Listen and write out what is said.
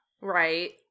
Right